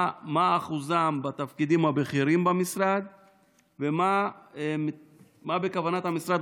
מה אחוזם בתפקידים הבכירים במשרד ומה בכוונת המשרד